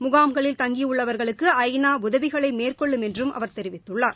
முகாம்களில் தங்கியுள்ளவர்களுக்கு ஐ நா உதவிகளைமேற்கொள்ளும் என்றும் அவர் தெரிவித்துள்ளார்